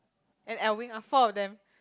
and Alvin ah four of them